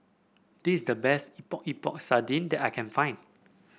this is the best Epok Epok Sardin that I can find